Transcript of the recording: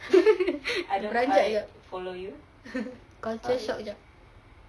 terperanjat jap culture shock jap